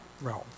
realm